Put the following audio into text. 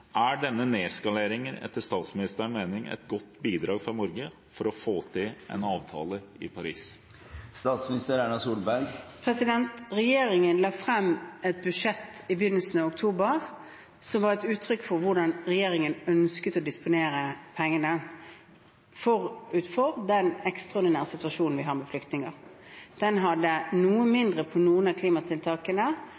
en avtale i Paris? Regjeringen la i begynnelsen av oktober frem et budsjett som var et uttrykk for hvordan regjeringen ønsket å disponere pengene – forut for den ekstraordinære situasjonen med flyktninger. Det hadde noe mindre til noen av klimatiltakene,